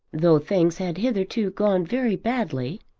though things had hitherto gone very badly,